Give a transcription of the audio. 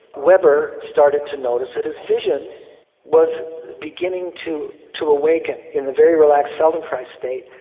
webber started to notice that his vision was beginning to to awaken, in the very relaxed feldenkrais state.